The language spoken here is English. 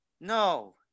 No